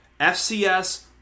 FCS